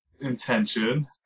intention